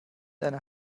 einer